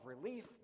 relief